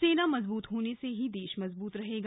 सेना मजबूत होने से ही देश मजबूत रहेगा